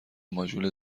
ماژول